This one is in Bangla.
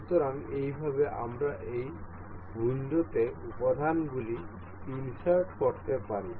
সুতরাং এইভাবে আমরা এই উইন্ডোতে উপাদানগুলি ইন্সার্ট করতে পারি